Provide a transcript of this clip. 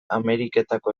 ameriketako